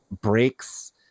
breaks